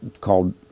called